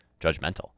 judgmental